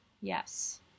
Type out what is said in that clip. Yes